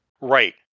Right